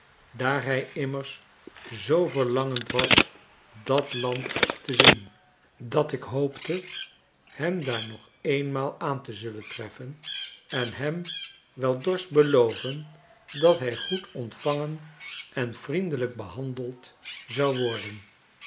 daar hij immers zoo verlangend was dat land te zien dat ik hoopte hem daar nog eenmaal aan te zullen treffen en hem wel dorst beloven dat hij goed ontvangen en vriendelijk behandeld zou worden